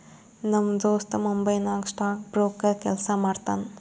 ನಮ್ ದೋಸ್ತ ಮುಂಬೈ ನಾಗ್ ಸ್ಟಾಕ್ ಬ್ರೋಕರ್ ಕೆಲ್ಸಾ ಮಾಡ್ತಾನ